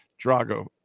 drago